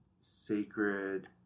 sacred